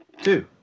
Two